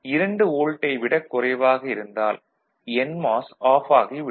2 வோல்ட்டை விடக் குறைவாக இருந்தால் என்மாஸ் ஆஃப் ஆகிவிடும்